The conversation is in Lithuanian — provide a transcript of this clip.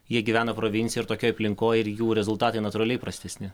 jie gyvena provincijoj ir tokioj aplinkoj ir jų rezultatai natūraliai prastesni